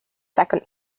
second